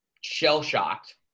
shell-shocked